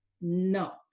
No